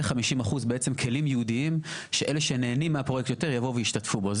ו-50% כלים ייעודיים שאלה שנהנים מהפרויקט יותר ישתתפו בו.